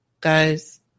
Guys